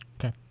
okay